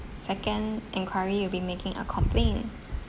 second enquiry will be making a complaint